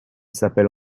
s’appelle